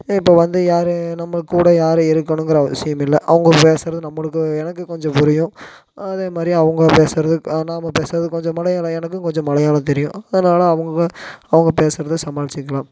இப்போ வந்து யாரு நம்ம கூட யாரு இருக்கணுங்குற அவசியமில்லை அவங்க பேசுகிறது நம்மளுக்கு எனக்கு கொஞ்சம் புரியும் அதேமாதிரி அவங்க பேசுகிறது நாம பேசுகிறது கொஞ்சம் மலையாளம் எனக்கும் கொஞ்சம் மலையாளம் தெரியும் அதனால் அவங்க அவங்க பேசுகிறத சமாளிச்சுக்கலாம்